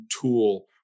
tool